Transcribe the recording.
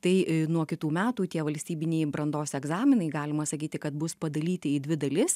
tai nuo kitų metų tie valstybiniai brandos egzaminai galima sakyti kad bus padalyti į dvi dalis